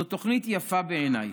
זאת תוכנית יפה בעיניי.